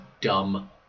dumb